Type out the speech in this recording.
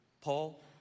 Paul